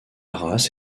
race